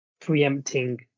preempting